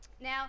Now